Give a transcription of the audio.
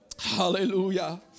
hallelujah